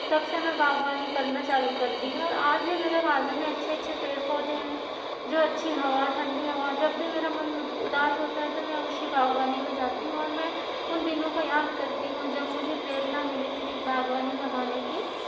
तब से में बाग़बानी करना चालू कर दी और आज भी मेरे गार्डन में अच्छे अच्छे पेड़ पौधे हैं जो अच्छी हवा ठंडी हवा जब भी मेरा मन उदास होता है तो मैं उसी बाग़बानी में जाती हूँ और मैं उन दिनों को याद करती हूँ जब मुझे प्रेरणा मिली थी बाग़बानी लगाने की